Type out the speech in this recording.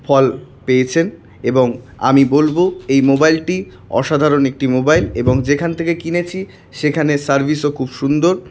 ফল পেয়েছেন এবং আমি বলবো এই মোবাইলটি অসাধারণ একটি মোবাইল এবং যেখান থেকে কিনেছি সেখানে সার্ভিসও খুব সুন্দর